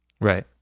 Right